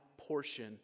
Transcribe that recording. portion